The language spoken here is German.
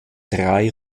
drei